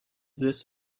this